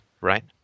right